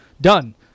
done